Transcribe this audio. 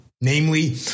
Namely